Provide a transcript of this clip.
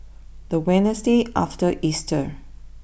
the Wednesday after Easter